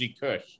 Kush